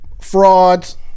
frauds